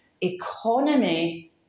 economy